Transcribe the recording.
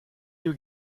you